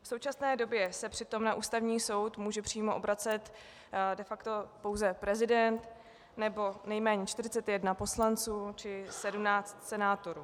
V současné době se přitom na Ústavní soud může přímo obracet de facto pouze prezident nebo nejméně 41 poslanců či 17 senátorů.